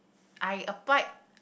I applied